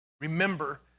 remember